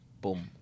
Boom